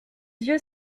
yeux